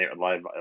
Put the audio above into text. live